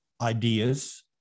ideas